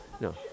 no